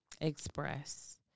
express